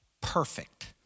Perfect